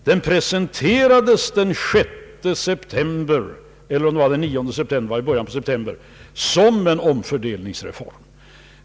Den presenterades 6 september 1969 såsom en omfördelningsreform.